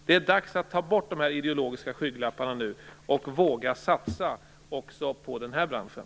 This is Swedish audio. Det är dags att ta bort de ideologiska skygglapparna nu och våga satsa också på den här branschen.